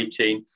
18